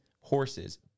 horses